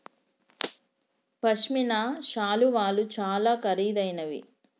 పశ్మిన శాలువాలు చాలా ఖరీదైనవి